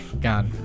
god